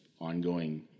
ongoing